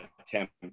attempt